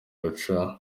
ruca